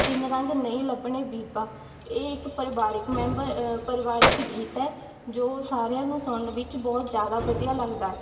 ਤਿੰਨ ਰੰਗ ਨਹੀਂ ਲੱਭਣੇ ਬੀਬਾ ਇਹ ਇੱਕ ਪਰਿਵਾਰਿਕ ਮੈਂਬ ਪਰਿਵਾਰਿਕ ਗੀਤ ਹੈ ਜੋ ਸਾਰਿਆਂ ਨੂੰ ਸੁਣਨ ਵਿੱਚ ਬਹੁਤ ਜ਼ਿਆਦਾ ਵਧੀਆ ਲੱਗਦਾ